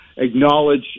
acknowledge